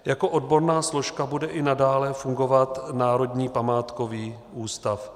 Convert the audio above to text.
Jako odborná složka bude i nadále fungovat Národní památkový ústav.